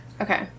Okay